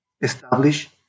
establish